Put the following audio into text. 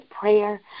prayer